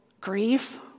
grief